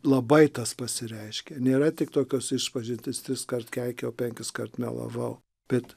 labai tas pasireiškė nėra tik tokios išpažintys triskart keikiau penkiskart melavau bet